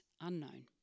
unknown